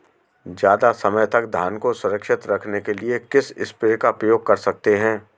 ज़्यादा समय तक धान को सुरक्षित रखने के लिए किस स्प्रे का प्रयोग कर सकते हैं?